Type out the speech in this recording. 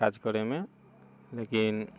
काज करेमे लेकिन